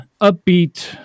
upbeat